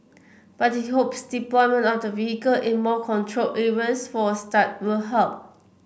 but he hopes deployment of the vehicle in more controlled areas for a start will help